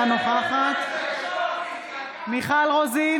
אינה נוכחת מיכל רוזין,